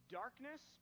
darkness